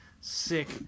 sick